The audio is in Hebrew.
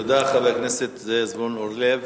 תודה לחבר הכנסת זבולון אורלב.